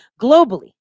globally